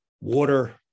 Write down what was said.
water